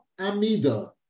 amida